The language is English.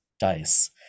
dice